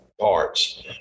parts